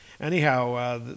Anyhow